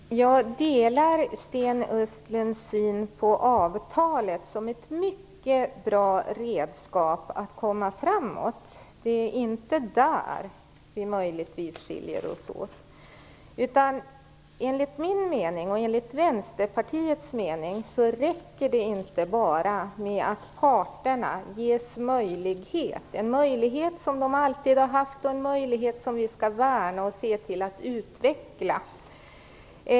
Fru talman! Jag delar Sten Östlunds syn på avtalet som ett mycket bra redskap att komma framåt. Det är inte där vi möjligen skiljer oss åt. Enligt min och Vänsterpartiets mening räcker det inte bara med att parterna ges möjlighet att träffa avtal - en möjlighet som de alltid har haft, och en möjlighet som vi skall värna och utveckla.